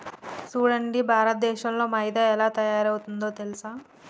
సూడండి భారతదేసంలో మైదా ఎలా తయారవుతుందో తెలుసా